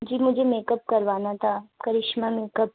جی مجھے make up کروانا تھا کرشمہ میک اپ